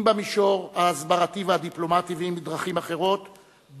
אם במישור ההסברתי והדיפלומטי ואם בדרכים אחרות,